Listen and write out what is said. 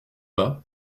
bas